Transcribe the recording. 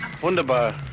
Wunderbar